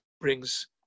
brings